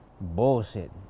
Bullshit